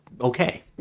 okay